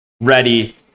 ready